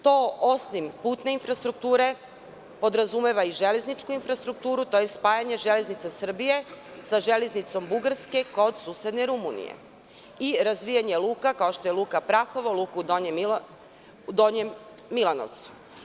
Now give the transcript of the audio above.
To, osim putne infrastrukture, podrazumeva i železničku infrastrukturu, tj. spajanje „Železnica Srbije“ sa „Železnicom Bugarske“ kod susedne Rumunije i razvijanje luka kao što je Luka „Prahovo“, u Donjem Milanovcu.